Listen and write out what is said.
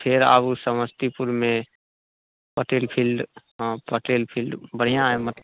फेर आबू समस्तीपुरमे पटेल फील्ड हँ पटेल फील्ड बढ़िआँ हइ मतलब